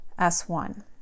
S1